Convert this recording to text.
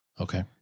Okay